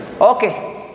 okay